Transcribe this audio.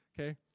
Okay